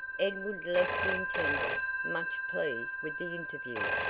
edward left the intendant, much pleased with the interview.